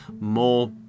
more